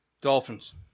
Dolphins